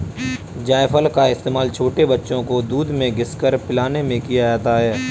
जायफल का इस्तेमाल छोटे बच्चों को दूध में घिस कर पिलाने में किया जाता है